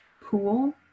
pool